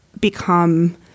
become